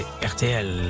RTL